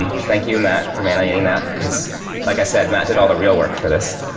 thank you matt for animating that. because like i said, matt did all the real work for this.